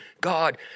God